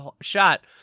shot